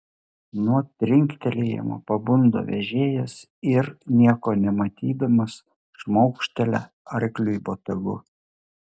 nuo trinktelėjimo pabunda vežėjas ir nieko nematydamas šmaukštelia arkliui botagu